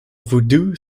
voodoo